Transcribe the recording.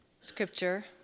scripture